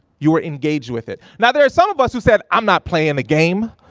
you were engaged with it. now, there are some of us who said, i'm not playing a game.